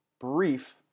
brief